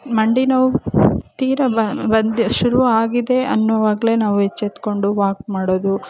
ಮಂಡಿ ನೋವು ತೀರ ಬಂದು ಶುರುವಾಗಿದೆ ಅನ್ನೋವಾಗಲೇ ನಾವು ಎಚ್ಚೆತ್ಕೊಂಡು ವಾಕ್ ಮಾಡೋದು